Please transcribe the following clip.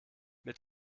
mit